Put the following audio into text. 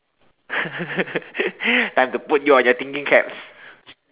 time to put your your thinking caps